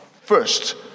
first